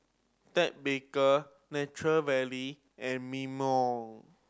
Ted Baker Nature Valley and Mimeo